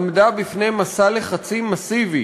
עמדה בפני מסע לחצים מסיבי